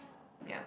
yeah